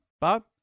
Bob